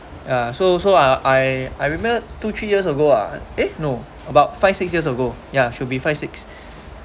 uh so so I I I remember two three years ago ah eh no about five six years ago yeah should be five six